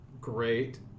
great